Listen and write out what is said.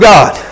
God